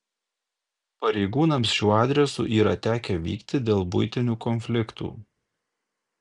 pareigūnams šiuo adresu yra tekę vykti dėl buitinių konfliktų